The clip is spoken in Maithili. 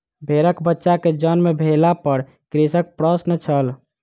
भेड़कबच्चा के जन्म भेला पर कृषक प्रसन्न छल